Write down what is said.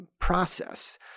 process